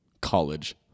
college